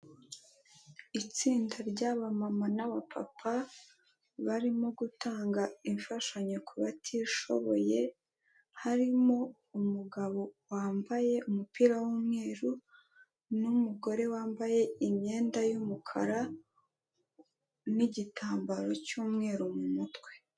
Itsinda ry'abamama n'abapapa, barimo gutanga imfashanyo kubatishoboye, harimo umugabo wambaye umupira w'umweru n'umugore wambaye imyenda y'umukara n'igitambaro cy'umweru mu mutwe.